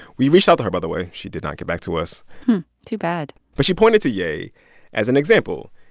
we reached out to her, by the way. she did not get back to us too bad but she pointed to ye as an example.